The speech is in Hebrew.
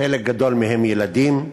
חלק גדול מהם ילדים,